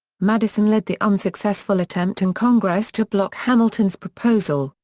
madison led the unsuccessful attempt in congress to block hamilton's proposal,